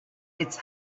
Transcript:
its